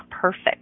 perfect